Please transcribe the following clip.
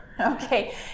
Okay